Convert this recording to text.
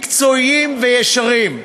מקצועיים וישרים,